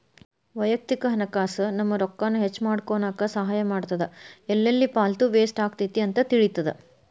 ವಯಕ್ತಿಕ ಹಣಕಾಸ್ ನಮ್ಮ ರೊಕ್ಕಾನ ಹೆಚ್ಮಾಡ್ಕೊನಕ ಸಹಾಯ ಮಾಡ್ತದ ಎಲ್ಲೆಲ್ಲಿ ಪಾಲ್ತು ವೇಸ್ಟ್ ಆಗತೈತಿ ಅಂತ ತಿಳಿತದ